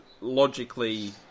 logically